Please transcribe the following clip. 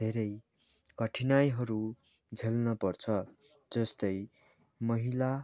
धेरै कठिनाइहरू झेल्न पर्छ जस्तै महिला